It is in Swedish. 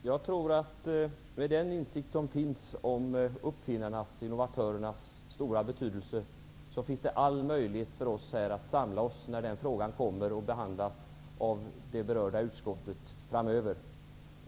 Herr talman! Jag tror att det, med den insikt som finns om uppfinnarnas och innovatörernas stora betydelse, finns alla möjligheter för oss här att samla oss när den frågan kommer att behandlas av det berörda utskottet framöver.